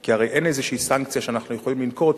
כי הרי אין איזו סנקציה שאנחנו יכולים לנקוט,